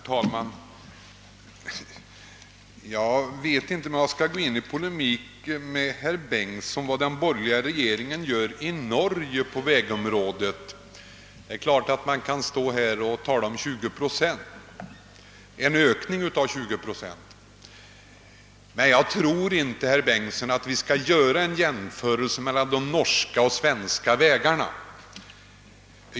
Herr talman! Jag vet inte om jag skall gå in i polemik med herr Bengtson i Solna om vad den borgerliga regeringen i Norge gör på vägområdet. Man kan naturligtvis stå här och tala om en ökning på 20 procent, men vi skall nog inte jämföra de norska och svenska vägarna.